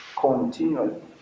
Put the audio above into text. continually